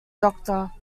doctor